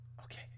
Okay